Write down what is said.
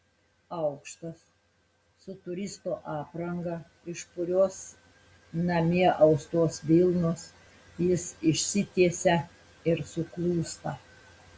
aukštas su turisto apranga iš purios namie austos vilnos jis išsitiesia ir suklūsta